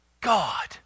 God